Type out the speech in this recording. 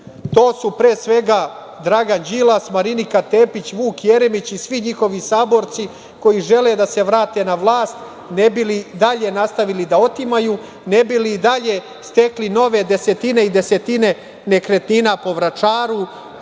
To su pre svega Dragan Đilas, Marinika Tepić, Vuk Jeremić i svi njihovi saborci koji žele da se vrate na vlast ne bili dalje nastavili da otimaju, ne bi li dalje stekli nove desetine i desetine nekretnina po Vračaru,